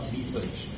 research